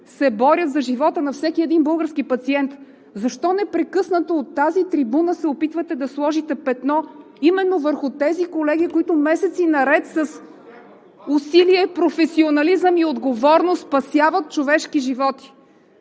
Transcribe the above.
се борят за живота на всеки един български пациент? Защо непрекъснато от тази трибуна се опитвате да сложите петно именно върху тези колеги, които месеци наред – с усилие, професионализъм и отговорност, спасяват човешки животи?!